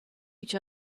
each